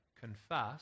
confess